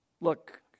Look